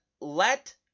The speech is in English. let